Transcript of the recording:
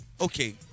okay